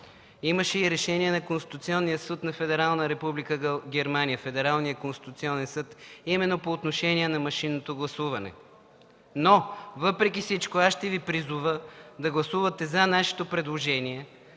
имаше и решение на Конституционния съд на Федерална република Германия – Федералния конституционен съд, именно по отношение на машинното гласуване. Въпреки всичко аз ще Ви призова да гласувате за нашето предложение,